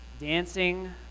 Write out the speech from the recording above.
dancing